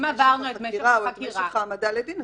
את משך החקירה או את משך ההעמדה לדין,